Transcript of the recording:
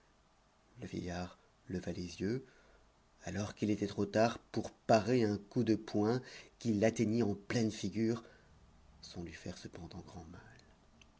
le vieillard leva les yeux alors qu'il était trop tard pour parer un coup de poing qui l'atteignit en pleine figure sans lui faire cependant grand mal